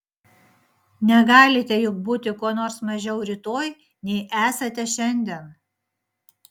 negalite juk būti kuo nors mažiau rytoj nei esate šiandien